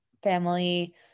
family